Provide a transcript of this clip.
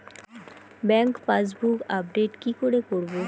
Bank passbook update কি করে করবো?